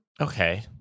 Okay